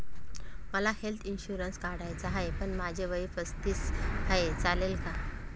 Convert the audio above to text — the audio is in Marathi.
मला हेल्थ इन्शुरन्स काढायचा आहे पण माझे वय पस्तीस आहे, चालेल का?